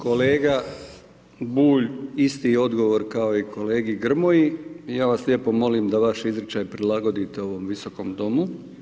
Kolega Bulj, isti odgovor kao i kolegi Grmoji, ja vas lijepo molim da vaš izričaj prilagodite ovom Visokom domu.